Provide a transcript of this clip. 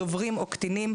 דוברים או קטינים,